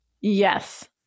Yes